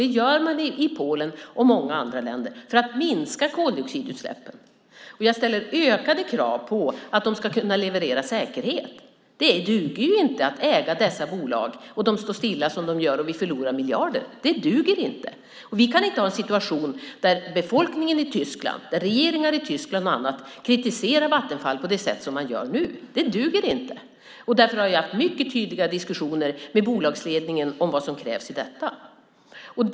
Det gör man i Polen och i många andra länder för att minska koldioxidutsläppen. Jag ställer ökade krav på att de ska kunna leverera säkerhet. Det duger inte att äga dessa bolag om de står stilla som de gör och vi förlorar miljarder. Det duger inte! Vi kan inte ha en situation där befolkningen i Tyskland och regeringar i Tyskland och andra länder kritiserar Vattenfall på det sätt som man gör nu. Det duger inte! Därför har vi haft mycket tydliga diskussioner med bolagsledningen om vad som krävs när det gäller detta.